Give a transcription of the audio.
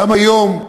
גם היום,